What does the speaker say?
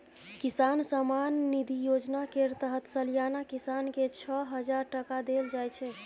किसान सम्मान निधि योजना केर तहत सलियाना किसान केँ छअ हजार टका देल जाइ छै